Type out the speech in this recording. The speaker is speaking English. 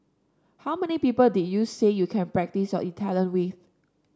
how many people did you say you can practise your Italian with